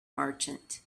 merchant